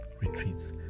retreats